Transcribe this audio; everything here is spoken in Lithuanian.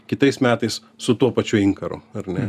kitais metais su tuo pačiu inkaru ar ne